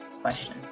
question